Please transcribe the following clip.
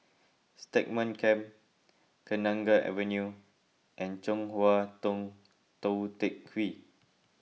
Stagmont Camp Kenanga Avenue and Chong Hua Tong Tou Teck Hwee